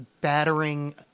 battering